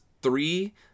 Three